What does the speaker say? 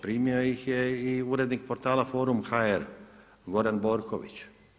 Primio ih je i urednik portala Forum.hr Goran Borković.